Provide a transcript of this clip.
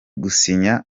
gusinya